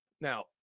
now